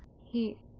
he.